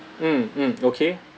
mm mm okay